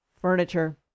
furniture